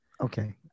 Okay